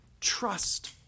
trust